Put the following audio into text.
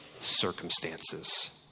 circumstances